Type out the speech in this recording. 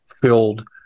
filled